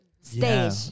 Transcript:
Stage